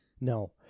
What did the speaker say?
no